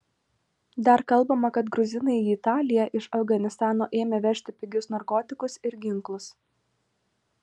dar kalbama kad gruzinai į italiją iš afganistano ėmė vežti pigius narkotikus ir ginklus